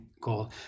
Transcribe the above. goal